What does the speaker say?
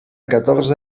catorze